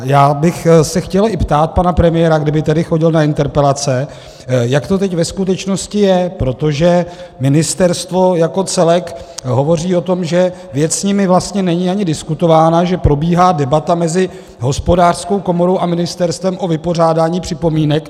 Já bych se chtěl i ptát pana premiéra, kdyby chodil na interpelace, jak to tedy ve skutečnosti je, protože ministerstvo jako celek hovoří o tom, že věc s nimi vlastně není ani diskutována, že probíhá debata mezi Hospodářskou komorou a ministerstvem o vypořádání připomínek.